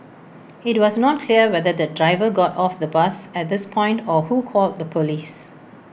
IT was not clear whether the driver got off the bus at this point or who called the Police